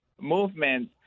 movement